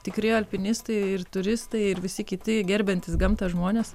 tikri alpinistai ir turistai ir visi kiti gerbiantys gamtą žmonės